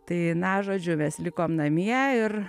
tai na žodžiu mes likom namie ir